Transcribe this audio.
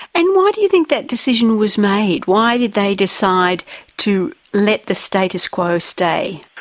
and why do you think that decision was made? why did they decide to let the status quo stay?